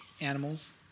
animals